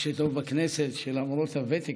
מה שטוב בכנסת הוא שלמרות הוותק,